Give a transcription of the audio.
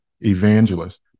evangelist